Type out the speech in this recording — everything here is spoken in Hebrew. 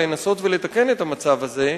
לנסות לתקן את המצב הזה,